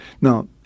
Now